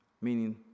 Meaning